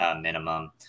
minimum